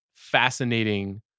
fascinating